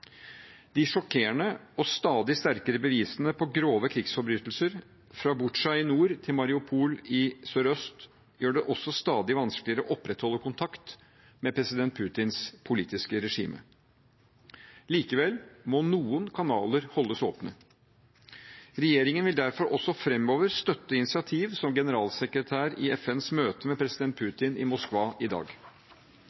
De sjokkerende og stadig sterkere bevisene på grove krigsforbrytelser – fra Butsja i nord til Mariupol i sørøst – gjør det også stadig vanskeligere å opprettholde kontakt med president Putins politiske regime. Likevel må noen kanaler holdes åpne. Regjeringen vil derfor også framover støtte initiativ som generalsekretær i FNs møte med president